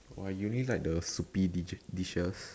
!wah! you only like the soupy dishes